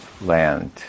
land